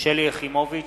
שלי יחימוביץ,